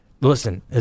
listen